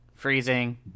freezing